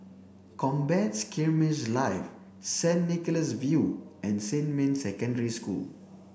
Combat Skirmish Live Saint Nicholas View and Xinmin Secondary School